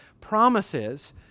promises